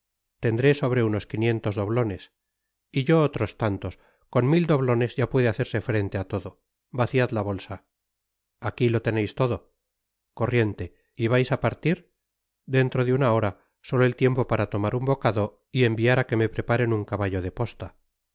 tendré sobre unos quinientos doblones y yo otros tantos con mit doblones ya puede hacerse frente á todo vaciad la bolsa aqui lo teneis todo corriente y vais á partir dentro una hora solo el tiempo para tomar un bocado y enviar á que me preparen un caballo de posta